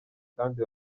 kandi